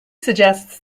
suggests